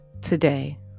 today